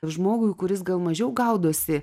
žmogui kuris gal mažiau gaudosi